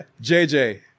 JJ